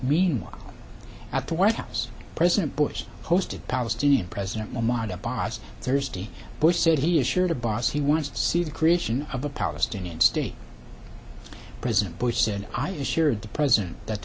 meanwhile at the white house president bush hosted palestinian president mahmoud abbas thursday bush said he assured a boss he wanted to see the creation of a palestinian state president bush said i assured the president that